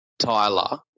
Tyler